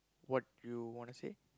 what you wanna say